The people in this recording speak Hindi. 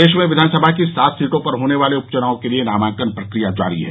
प्रदेश में विधानसभा की सात सीटों पर होने वाले उपचुनाव के लिए नामांकन प्रक्रिया जारी है